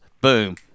boom